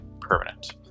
permanent